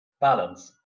Balance